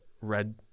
red